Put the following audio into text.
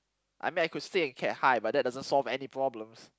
I mean I could stay in Cat High but that doesn't solve any problems